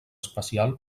especial